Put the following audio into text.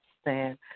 stand